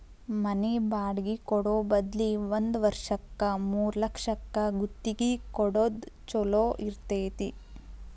ಮನಿ ಬಾಡ್ಗಿ ಕೊಡೊ ಬದ್ಲಿ ಒಂದ್ ವರ್ಷಕ್ಕ ಮೂರ್ಲಕ್ಷಕ್ಕ ಗುತ್ತಿಗಿ ಕೊಡೊದ್ ಛೊಲೊ ಇರ್ತೆತಿ